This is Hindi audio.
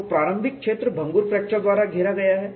तो प्रारंभिक क्षेत्र भंगुर फ्रैक्चर द्वारा घेरा गया है